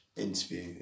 Interview